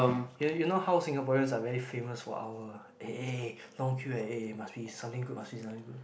you you know how Singaporeans are very famous for our eh long queue eh must be something good must be something good